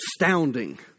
astounding